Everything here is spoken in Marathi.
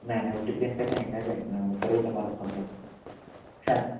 नाही नाही ओ टी पी आणि काय सांगितलं नाही काय सरळ तुम्हाला फोन केला सा